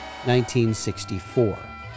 1964